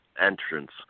entrance